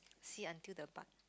see until the butt